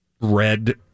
red